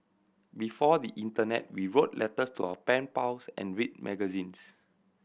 before the internet we wrote letters to our pen pals and read magazines